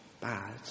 bad